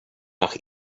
nach